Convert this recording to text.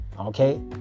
Okay